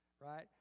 right